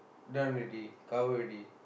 done already cover already